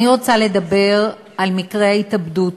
אני רוצה לדבר על מקרי ההתאבדות